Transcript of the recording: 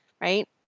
right